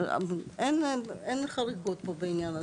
אין חריגות בעניין הזה,